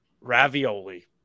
ravioli